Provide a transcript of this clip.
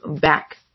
back